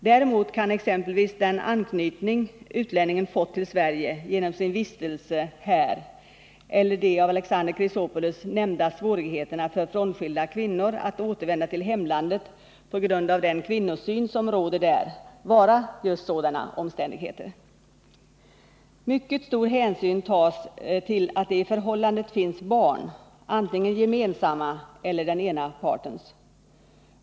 Däremot kan exempelvis den anknytning utlänningen fått till Sverige genom sin vistelse här eller de av Alexander Chrisopoulos nämnda svårigheterna för frånskilda kvinnor att återvända till hemlandet på grund av den kvinnosyn som råder där vara sådana omständigheter. Mycket stor hänsyn tas till att det i förhållandet finns barn, antingen gemensamma eller den ena partens.